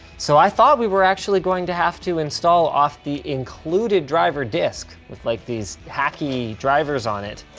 so i thought we were actually going to have to install off the included driver disc with like these hacky drivers on it.